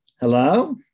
hello